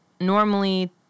normally